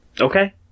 Okay